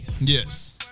Yes